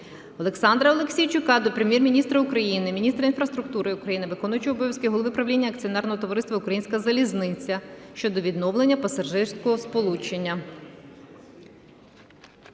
Олександра Аліксійчука до Прем'єр-міністра України, міністра інфраструктури України, виконуючого обов'язки голови правління Акціонерного товариства "Українська залізниця" щодо відновлення пасажирського сполучення.